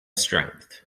strength